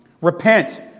repent